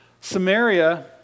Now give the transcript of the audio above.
Samaria